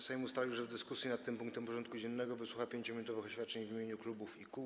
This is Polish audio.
Sejm ustalił, że w dyskusji nad tym punktem porządku dziennego wysłucha 5-minutowych oświadczeń w imieniu klubów i kół.